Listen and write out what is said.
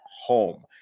home